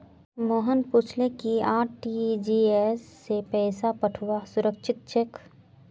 मोहन पूछले कि आर.टी.जी.एस स पैसा पठऔव्वा सुरक्षित छेक